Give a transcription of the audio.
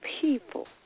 people